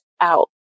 out